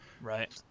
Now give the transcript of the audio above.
Right